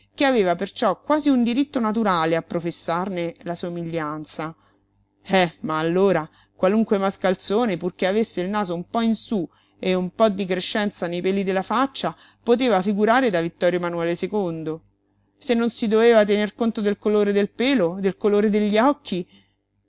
che aveva perciò quasi un diritto naturale a professarne la somiglianza eh ma allora qualunque mascalzone purché avesse il naso un po in sú e un po di crescenza nei peli della faccia poteva figurare da ittorio manuele se non si doveva tener conto del colore del pelo del colore degli occhi